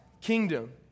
kingdom